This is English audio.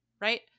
right